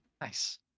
Nice